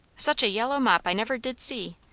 such a yellow mop i never did see.